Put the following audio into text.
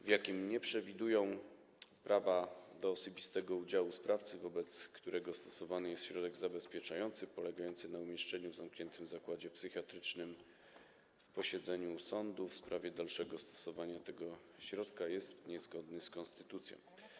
w jakim nie przewidują prawa do osobistego udziału sprawcy, wobec którego stosowany jest środek zabezpieczający polegający na umieszczeniu w zamkniętym zakładzie psychiatrycznym, w posiedzeniu sądu w sprawie dalszego stosowania tego środka, są niezgodne z konstytucją.